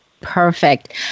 Perfect